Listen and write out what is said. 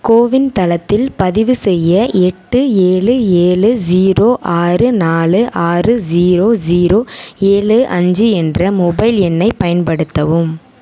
CoWIN தளத்தில் பதிவு செய்ய எட்டு ஏழு ஏழு ஜீரோ ஆறு நாலு ஆறு ஜீரோ ஜீரோ ஏழு அஞ்சி என்ற மொபைல் எண்ணைப் பயன்படுத்தவும்